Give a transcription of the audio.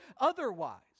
otherwise